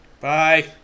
Bye